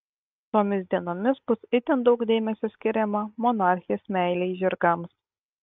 tomis dienomis bus itin daug dėmesio skiriama monarchės meilei žirgams